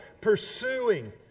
pursuing